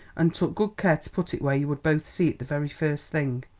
and took good care to put it where you would both see it the very first thing.